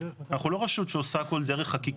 אנחנו לא רשות שעושה הכל דרך חקיקה.